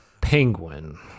penguin